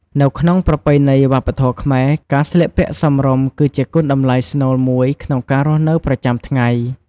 នៅក្នុងប្រពៃណីវប្បធម៌ខ្មែរ ការស្លៀកពាក់សមរម្យគឺជាគុណតម្លៃស្នូលមួយក្នុងការរស់នៅប្រចាំថ្ងៃ។